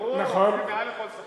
ברור, מעל לכל ספק.